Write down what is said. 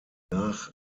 nach